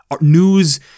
News